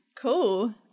Cool